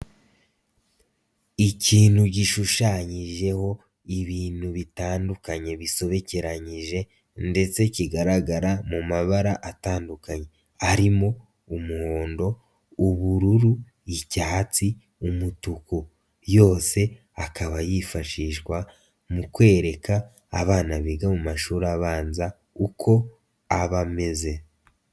Ikintu gishushanyijeho ibintu bitandukanye bisobekeranyije ndetse kigaragara mu mabara atandukanye arimo umuhondo, ubururu, icyatsi, umutuku. Yose akaba yifashishwa mu kwereka abana biga mu mashuri abanza uko aba ameze.